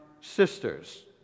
sisters